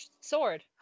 Sword